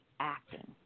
acting